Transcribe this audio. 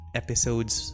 episodes